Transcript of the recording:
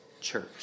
church